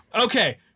Okay